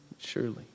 Surely